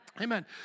Amen